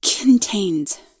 Contains